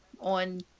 on